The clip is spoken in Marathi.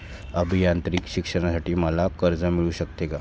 अभियांत्रिकी शिक्षणासाठी मला कर्ज मिळू शकते का?